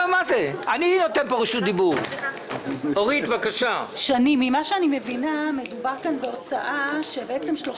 אני מבינה שמדובר כאן בהעברת עודפים בסך